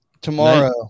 Tomorrow